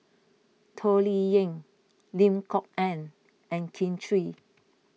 Toh Liying Lim Kok Ann and Kin Chui